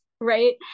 right